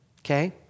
okay